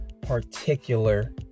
particular